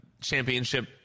championship